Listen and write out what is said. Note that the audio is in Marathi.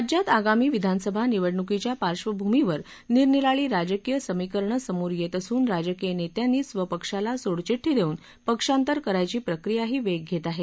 राज्यात आगामी विधानसभा निवडणुकीच्या पार्श्वभूमीवर निरनिराळी राजकीय समीकरणं समोर येत असून राजकीय नेत्यांनी स्वपक्षाला सोडचिड्डी देऊन पक्षांतर करायची प्रक्रियाही वेग घेत आहे